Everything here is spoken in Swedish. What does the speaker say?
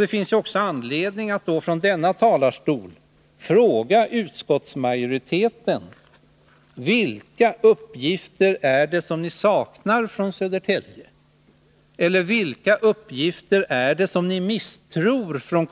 Det finns därför anledning att från denna talarstol fråga utskottsmajoriteten: Vilka uppgifter är det som ni saknar från Södertälje, eller vilka uppgifter ffrån kommunen är det som ni misstror?